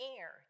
air